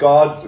God